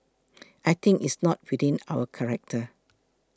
I think it is not within our character